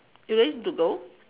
you ready to go